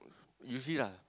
you see lah